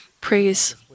praise